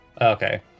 Okay